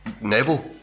Neville